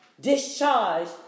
discharged